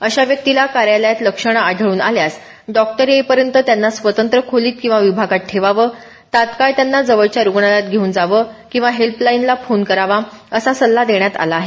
अशा व्यक्तीला कार्यालयात लक्षणं आढळून आल्यास डॉक्टर येईपर्यंत त्यांना स्वतंत्र खोलीत किंवा विभागात ठेवावं तत्काळ त्यांना जवळच्या रुग्णालयात घेऊन जावं किंवा हेल्पलाइनला फोन करावा असा सल्ला देण्यात आला आहे